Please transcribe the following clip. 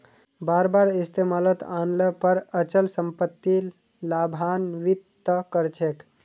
बार बार इस्तमालत आन ल पर अचल सम्पत्ति लाभान्वित त कर छेक